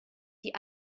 die